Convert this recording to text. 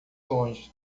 longe